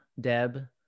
Deb